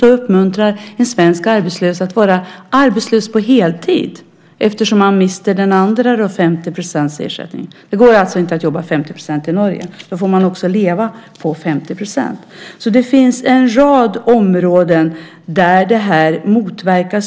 Detta uppmuntrar en svensk arbetslös att vara arbetslös på heltid eftersom han annars mister 50 % av ersättningen. Det går alltså inte att jobba enbart 50 % i Norge. I så fall får man också leva på 50 % av lönen. Det finns en rad områden där syftet motverkas.